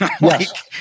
Yes